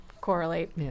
correlate